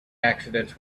accidents